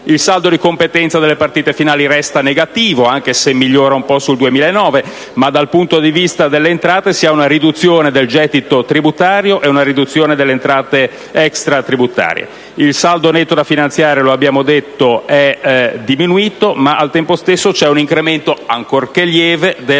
Il saldo di competenza delle partite finali resta negativo, anche se migliora un po' sul 2009, ma dal punto di vista delle entrate si registra una riduzione del gettito tributario ed una riduzione delle entrate extratributarie. Il saldo netto da finanziare - lo abbiamo detto - è diminuito, ma al tempo stesso c'è un incremento, ancorché lieve, del